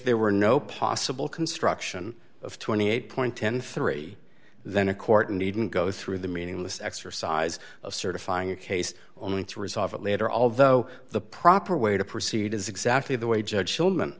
there were no possible construction of twenty eight point one three then a court needn't go through the meaningless exercise of certifying a case only to resolve it later although the proper way to proceed is exactly the way judge